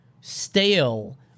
stale